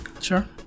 sure